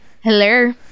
Hello